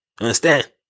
Understand